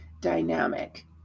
dynamic